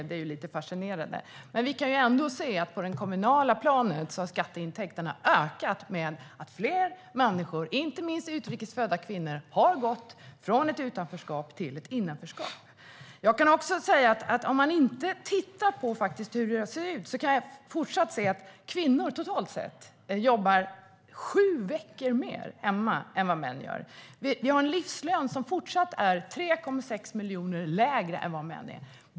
Det är lite fascinerande. Kvinnor jobbar fortsatt totalt sett sju veckor mer hemma än vad män gör. Vi har en livslön som fortsatt är 3,6 miljoner lägre än männens.